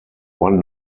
one